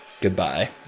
goodbye